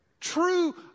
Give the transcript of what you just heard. True